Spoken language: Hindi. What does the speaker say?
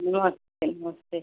नमस्ते नमस्ते